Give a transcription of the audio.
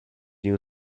new